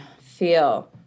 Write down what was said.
feel